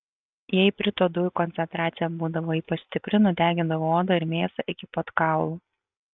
jei iprito dujų koncentracija būdavo ypač stipri nudegindavo odą ir mėsą iki pat kaulų